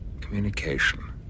communication